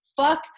Fuck